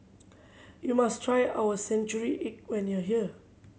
you must try our century egg when you are here